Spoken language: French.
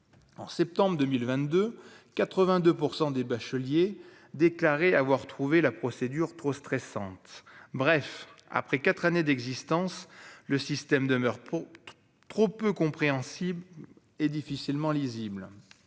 en septembre 2022 82 % des bacheliers déclaré avoir trouvé la procédure trop stressante, bref, après 4 années d'existence, le système demeure trop peu compréhensible et difficilement lisible,